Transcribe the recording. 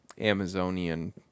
Amazonian